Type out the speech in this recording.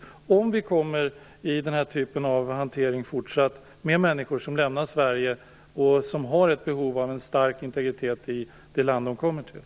Vi kan även i fortsättningen få den här typen av hantering, dvs. människor som lämnar Sverige och som har ett behov av en stark integritet i det land de kommer till.